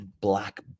black